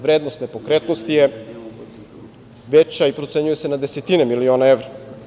Vrednost nepokretnosti je veća i procenjuje se na desetine miliona evra.